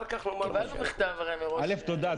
תודה.